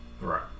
Right